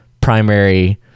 primary